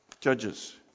Judges